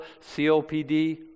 COPD